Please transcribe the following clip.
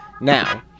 Now